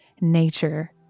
nature